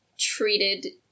treated